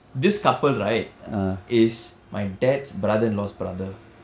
this couple right is my dad's brother in law's brother